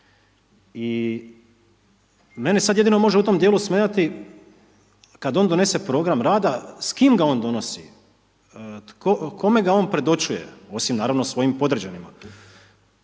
I meni sad jedino može u tom dijelu smetati kad on donese program rada s kim ga on donosi, kome ga on predočuje, osim naravno svojim podređenima,